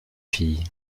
fille